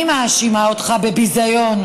אני מאשימה אותך בביזיון.